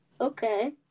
Okay